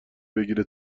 بگیره